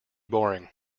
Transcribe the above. boring